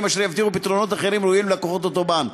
אשר יבטיחו פתרונות אחרים ראויים ללקוחות אותו הבנק.